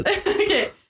Okay